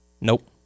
Nope